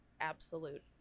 absolute